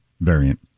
variant